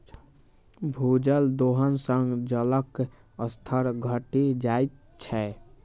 भूजल दोहन सं जलक स्तर घटि जाइत छै